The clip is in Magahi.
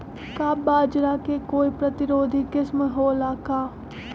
का बाजरा के कोई प्रतिरोधी किस्म हो ला का?